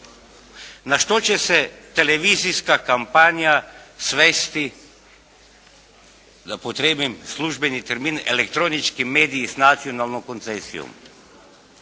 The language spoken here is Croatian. Na što će se televizijska kampanja svesti, da upotrijebim službeni termin elektronički mediji s nacionalnom koncesijom?